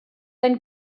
ein